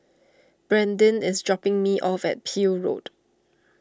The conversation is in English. Brandyn is dropping me off at Peel Road